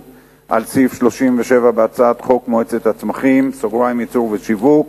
על סעיף 37 בהצעת חוק מועצת הצמחים (ייצור ושיווק)